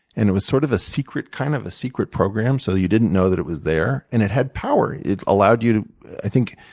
and it was sort of a secret kind of a secret program so that you didn't know that it was there, and it had power. it allowed you, i think,